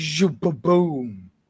Boom